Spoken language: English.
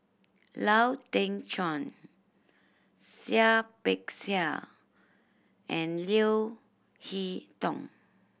Lau Teng Chuan Seah Peck Seah and Leo Hee Tong